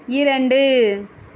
இரண்டு